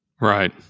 Right